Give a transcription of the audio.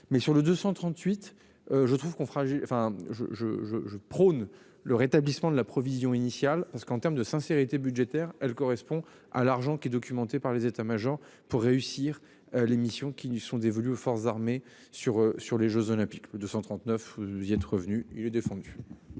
enfin je je je je prône le rétablissement de la provision initiale parce qu'en terme de sincérité budgétaire, elle correspond à l'argent qui est documenté par les États-Majors pour réussir les missions qui lui sont dévolues aux forces armées sur sur les Jeux olympiques 239. Vous êtes revenu, il est défendu.